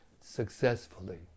successfully